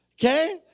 Okay